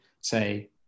say